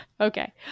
Okay